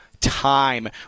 time